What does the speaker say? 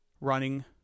running